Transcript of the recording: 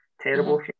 terrible